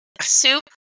soup